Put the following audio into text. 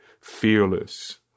fearless